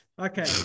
Okay